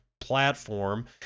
platform